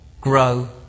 grow